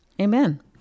Amen